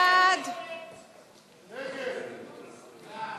ההסתייגות של חבר הכנסת